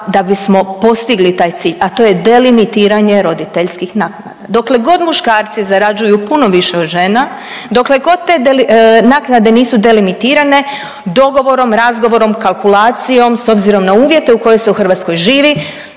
da bismo postigli taj cilj, a to je delimitiranje roditeljskih naknada. Dokle god muškarci zarađuju puno više od žena, dokle god te naknade nisu delimitirane, dogovorom, razgovorom, kalkulacijom, s obzirom na uvjete u kojoj se u Hrvatskoj živi,